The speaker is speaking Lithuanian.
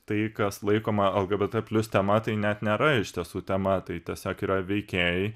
tai kas laikoma lgbt plius tema tai net nėra iš tiesų tema tai tiesiog yra veikėjai